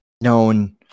known